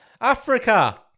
Africa